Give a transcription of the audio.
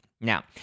Now